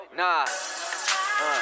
nah